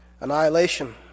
annihilation